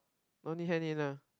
no need hand in ah